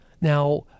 Now